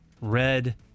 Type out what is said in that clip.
red